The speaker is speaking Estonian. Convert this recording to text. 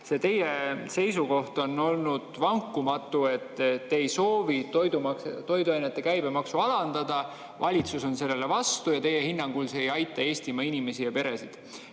teie seisukoht on olnud vankumatu, et te ei soovi toiduainete käibemaksu alandada. Valitsus on sellele vastu ja teie hinnangul see ei aita Eestimaa inimesi ja peresid.